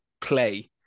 play